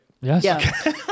Yes